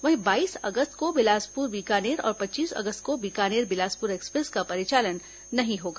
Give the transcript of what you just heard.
वहीं बाईस अगस्त को बिलासपुर बीकानेर और पच्चीस अगस्त को बीकानेर बिलासपुर एक्सप्रेस का परिचालन नहीं होगा